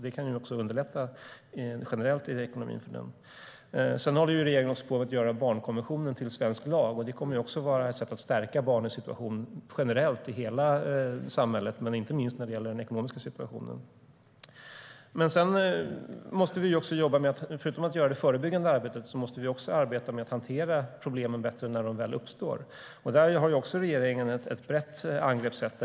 Det kan underlätta generellt i ekonomin för dem. Förutom att göra det förebyggande arbetet måste vi också arbeta med att hantera problemen bättre när de väl uppstår. Där har regeringen ett brett angreppssätt.